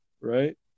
right